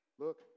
Look